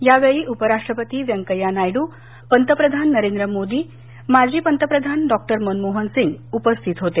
यावेळी उपराष्ट्रपती वेंकय्या नायडू पंतप्रधान नरेंद्र मोदी माजी पंतप्रधान डॉ मनमोहन सिंग उपस्थित होते